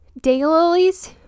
daylilies